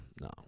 no